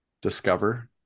discover